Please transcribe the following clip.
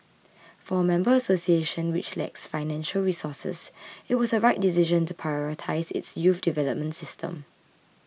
for a member association which lacks financial resources it was a right decision to prioritise its youth development system